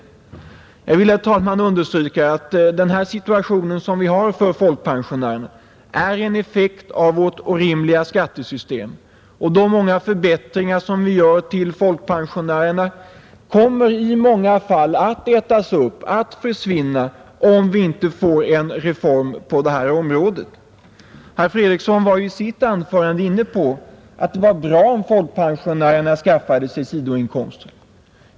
Jag vill, herr talman, understryka att den situation som råder för folkpensionärerna är en effekt av vårt orimliga skattesystem, och de många förbättringar som vi gör för folkpensionärerna kommer i många fall att ätas upp och försvinna om vi inte får en reform på detta område. Herr Fredriksson var i sitt anförande inne på tanken att det var bra om folkpensionärerna skaffade sig sidoinkomster.